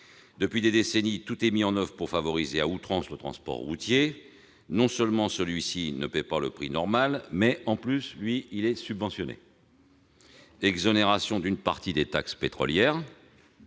Depuis des décennies, tout est mis en oeuvre pour favoriser à outrance le transport routier. Non seulement celui-ci ne s'acquitte pas du prix normal, mais, en plus, il est subventionné : exonération partielle de taxes pétrolières,